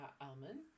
Almond